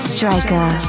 Striker